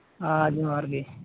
ᱟᱨ ᱡᱚᱦᱟᱨ ᱜᱮ